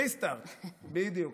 ריסטרט, בדיוק.